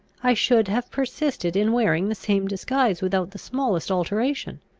i should have persisted in wearing the same disguise without the smallest alteration.